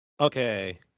Okay